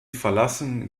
verlassen